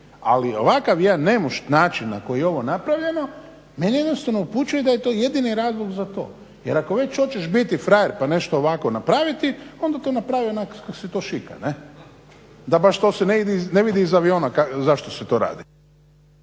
ali ovakav jedan nemošt način na koji je ovo napravljeno me jednostavno upućuje da je to jedini razlog za to, jer ako već hoćeš biti frajer pa nešto ovako napraviti onda to napravi onak kako se to šika, kaj ne, da baš se to ne vidi iz aviona zašto se to radi.